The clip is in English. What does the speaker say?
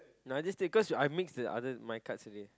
no I just take cause I mixed the other my cards already